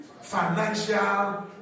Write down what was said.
financial